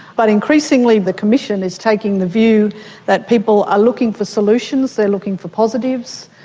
but increasingly the commission is taking the view that people are looking for solutions, they're looking for positives.